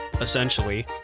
essentially